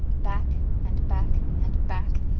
back and back and back!